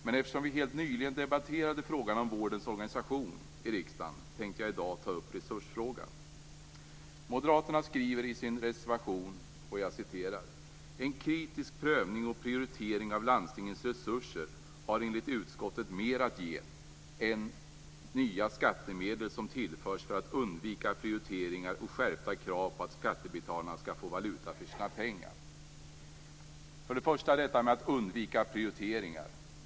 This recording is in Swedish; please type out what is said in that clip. Men eftersom vi helt nyligen debatterade frågan om vårdens organisation i riksdagen tänkte jag i dag ta upp resursfrågan. Moderaterna skriver i sin reservation: "En kritisk prövning och prioritering av landstingens resurser har enligt utskottet mer att ge än nya skattemedel som tillförs för att undvika prioriteringar och skärpta krav på att skattebetalarna skall få valuta för sina pengar." Först är det frågan om att undvika prioriteringar.